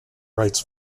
rights